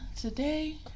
today